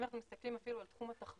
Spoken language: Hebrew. אם אנחנו מסתכלים אפילו על תחום התחבורה,